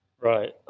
Right